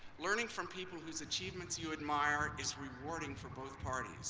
learning from people whose achievements you admire is rewarding for both parties